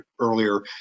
earlier